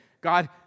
God